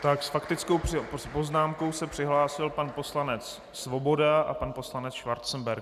S faktickou poznámkou se přihlásil pan poslanec Svoboda a pan poslanec Schwarzenberg.